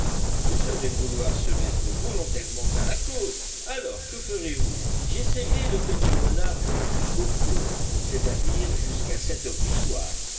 ce serait vouloir se mettre volontairement à la côte alors que ferez-vous j'essayerai de tenir le large jusqu'au flot c'est-à-dire jusqu'à sept heures du soir